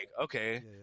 okay